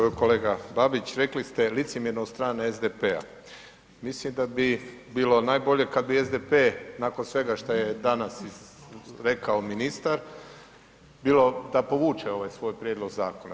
Uvaženi kolega Babić, rekli ste licemjerno od strane SDP-a, mislim da bi bilo najbolje kad bi SDP nakon svega šta je danas rekao ministar bilo da povuče ovaj svoj prijedlog zakona.